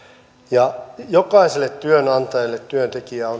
jokaiselle työnantajalle työntekijä